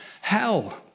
hell